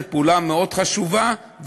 זה פעולה מאוד חשובה,